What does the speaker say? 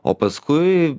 o paskui